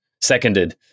Seconded